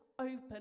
open